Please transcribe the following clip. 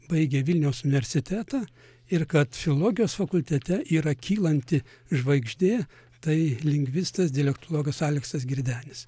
baigė vilniaus universitetą ir kad filologijos fakultete yra kylanti žvaigždė tai lingvistas dialektologas aleksas girdenis